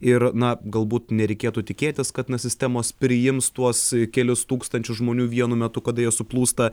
ir na galbūt nereikėtų tikėtis kad na sistemos priims tuos kelis tūkstančius žmonių vienu metu kada jie suplūsta